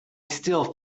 still